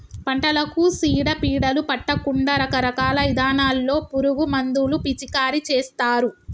పంటలకు సీడ పీడలు పట్టకుండా రకరకాల ఇథానాల్లో పురుగు మందులు పిచికారీ చేస్తారు